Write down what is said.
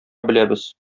беләбез